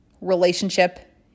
relationship